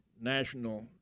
national